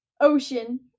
ocean